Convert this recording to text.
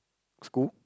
school